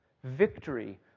Victory